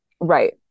right